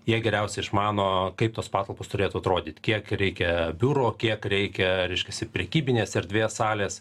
jie geriausiai išmano kaip tos patalpos turėtų atrodyt kiek reikia biuro kiek reikia reiškiasi prekybinės erdvės salės